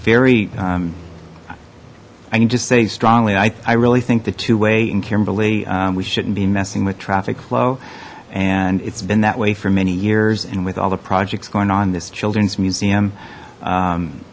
very i can just say strongly i really think the two way in kimberly we shouldn't be messing with traffic flow and it's been that way for many years and with all the projects going on this children's museum